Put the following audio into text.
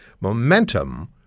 momentum